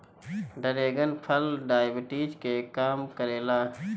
dragon फल diabetes के कम करेला